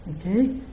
Okay